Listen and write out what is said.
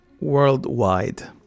worldwide